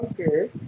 Okay